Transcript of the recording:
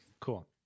Cool